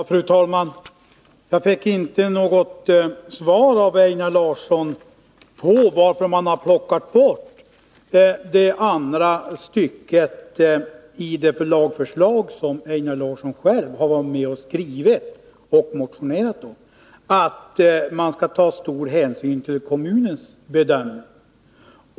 Fru talman! Jag fick inte något svar av Einar Larsson på min fråga varför man har tagit bort andra stycket i det lagförslag som Einar Larsson själv varit med om att skriva, att stor hänsyn skall tas till kommunens bedömning.